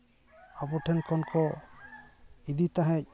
ᱟᱵᱚ ᱴᱷᱮᱱ ᱠᱷᱚᱱ ᱠᱚ ᱤᱫᱤ ᱛᱟᱦᱮᱸᱡ